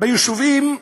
ביישובים הבלתי-מוכרים,